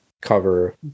cover